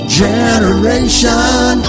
generation